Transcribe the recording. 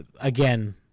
again